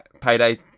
Payday